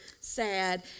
sad